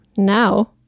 Now